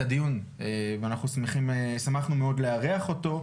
ואנחנו שמחנו מאוד לארח אותו.